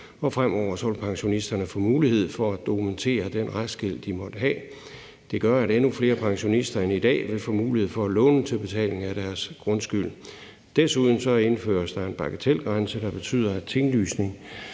og fremover vil pensionisterne få mulighed for at dokumentere den restgæld, de måtte have. Det gør, at endnu flere pensionister end i dag vil få mulighed for at låne til betaling af deres grundskyld. Desuden indføres der en bagatelgrænse, der betyder, at tinglysning